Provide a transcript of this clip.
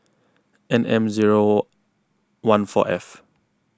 N M zero one four F